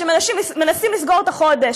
שמנסים לסגור את החודש,